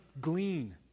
glean